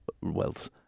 wealth